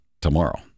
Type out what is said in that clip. tomorrow